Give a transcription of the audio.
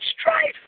strife